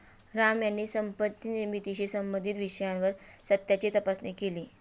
राम यांनी संपत्ती निर्मितीशी संबंधित विषयावर सत्याची तपासणी केली